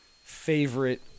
favorite